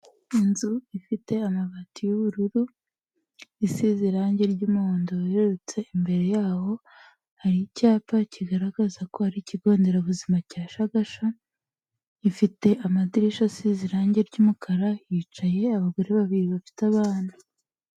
Inzu ifite amabati y'ubururu, isize irangi ry'umuhondo werurutse, imbere yaho hari icyapa kigaragaza ko hari ikigo nderabuzima cya Shagasha, gifite amadirishya asize irangi ry'umukara, hicaye abagore babiri bafite abana.